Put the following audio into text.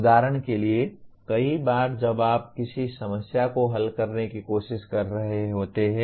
उदाहरण के लिए कई बार जब आप किसी समस्या को हल करने की कोशिश कर रहे होते हैं